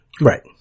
Right